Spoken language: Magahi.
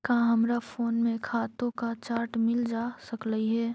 का हमरा फोन में खातों का चार्ट मिल जा सकलई हे